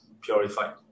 purified